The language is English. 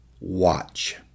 watch